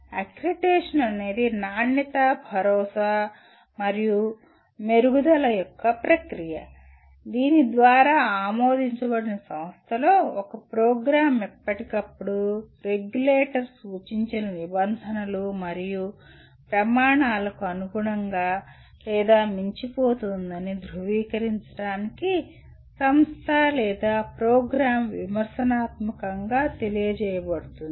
accreditation అనేది నాణ్యతా భరోసా మరియు మెరుగుదల యొక్క ప్రక్రియ దీని ద్వారా ఆమోదించబడిన సంస్థలో ఒక ప్రోగ్రామ్ ఎప్పటికప్పుడు రెగ్యులేటర్ సూచించిన నిబంధనలు మరియు ప్రమాణాలకు అనుగుణంగా లేదా మించిపోతోందని ధృవీకరించడానికి సంస్థ లేదా ప్రోగ్రామ్ విమర్శనాత్మకంగా తెలియజేయబడుతుంది